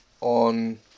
on